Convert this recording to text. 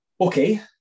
Okay